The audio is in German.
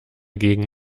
gegen